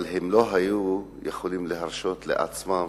אבל לא היו יכולים להרשות לעצמם,